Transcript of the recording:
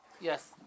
Yes